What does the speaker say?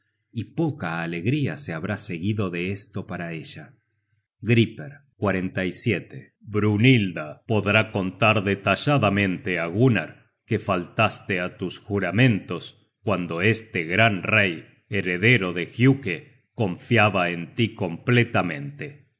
y poca alegría se habrá seguido de esto para ella griper brynhilda podrá contar detalladamente á gunnar que faltaste á tus juramentos cuando este gran rey heredero de giuke confiaba en tí completamente